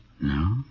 No